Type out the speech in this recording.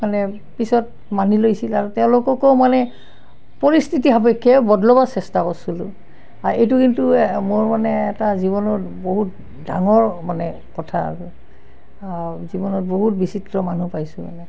মানে পিছত মানি লৈছিল আৰু তেওঁলোককো মানে পৰিস্থিতি সাপেক্ষে বদলাবৰ চেষ্টা কৰছিলোঁ এইটো কিন্তু মোৰ মানে এটা জীৱনৰ বহুত ডাঙৰ মানে কথা আৰু জীৱনত বহুত বিচিত্ৰ মানুহ পাইছোঁ মানে